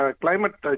climate